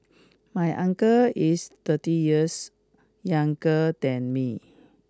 my uncle is thirty years younger than me